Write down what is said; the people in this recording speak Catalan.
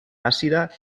àcida